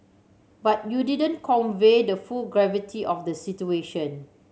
but you didn't convey the full gravity of the situation